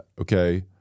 okay